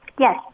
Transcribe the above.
Yes